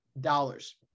dollars